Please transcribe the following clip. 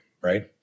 right